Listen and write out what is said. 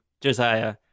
Josiah